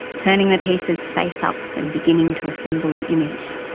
turning the pieces face up and beginning to assemble the image.